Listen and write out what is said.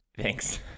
Thanks